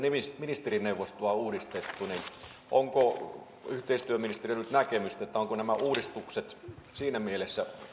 ministerineuvostoa uudistettu niin onko yhteistyöministerillä näkemystä ovatko nämä uudistukset siinä mielessä